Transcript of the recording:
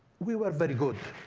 we were very good.